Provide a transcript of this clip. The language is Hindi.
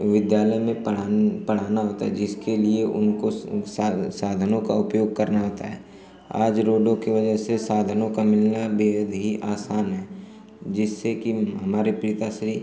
विद्यालय में पढ़ान पढ़ाना होता है जिसके लिए उनको साध साधनों का उपयोग करना होता है आज रोडों की वजह से साधनों का मिलना बेहद ही आसान है जिससे कि हमारे पिताश्री